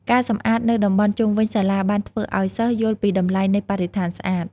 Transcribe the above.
ការសំអាតនៅតំបន់ជុំវិញសាលាបានធ្វើឲ្យសិស្សយល់ពីតម្លៃនៃបរិស្ថានស្អាត។